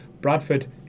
Bradford